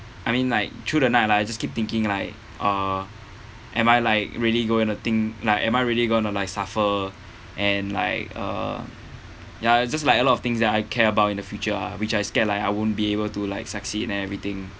I mean like through the night lah I just keep thinking like oh am I like really going to think like am I really going to like suffer and like uh ya it's just like a lot of things that I care about in the future ah which I scared like I won't be able to like succeed and everything